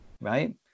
Right